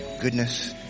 goodness